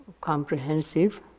comprehensive